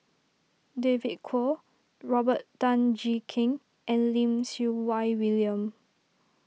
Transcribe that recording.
David Kwo Robert Tan Jee Keng and Lim Siew Wai William